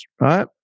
right